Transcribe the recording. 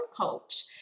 coach